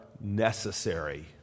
necessary